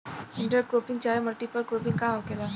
Inter cropping चाहे multiple cropping का होखेला?